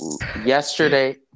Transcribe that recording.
Yesterday